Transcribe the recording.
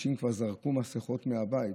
אנשים כבר זרקו מסכות מהבית.